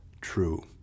true